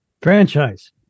franchise